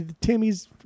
Tammy's